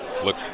look